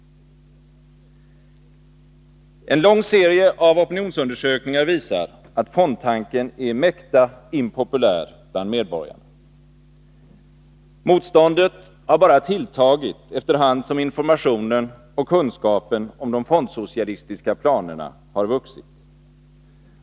En lång serie av opinionsundersökningar visar att fondtanken är mäkta impopulär bland medborgarna. Motståndet har bara tilltagit efter hand som informationen och kunskapen om de fondsocialistiska planerna har vuxit.